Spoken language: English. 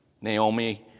Naomi